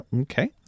Okay